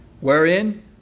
wherein